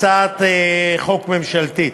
הצעת חוק ממשלתית.